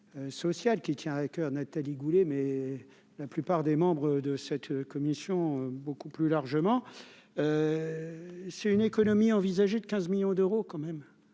qui tient à coeur, Nathalie Goulet, mais la plupart des membres de cette commission, beaucoup plus largement, c'est une économie envisagée de 15 millions d'euros quand même